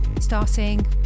Starting